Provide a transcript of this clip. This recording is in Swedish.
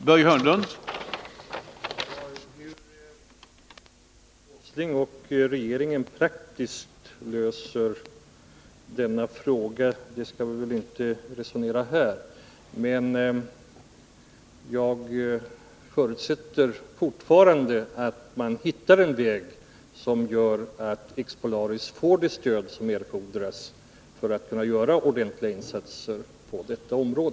I en kommentar till regeringsuppgörelsen om NCB har ekonomiminister Gösta Bohman avslöjat att det till uppgörelsen finns fogat ett hemligt avtal om hur regeringen i fortsättningen skall behandla andra skogsfrågor. Vilka andra frågor än NCB ingick i regeringsuppgörelsen enligt det icke offentliggjorda avtalet, och vad är anledningen till att regeringen velat hemlighålla detta avtal?